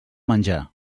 menjar